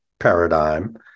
Paradigm